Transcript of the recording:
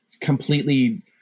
completely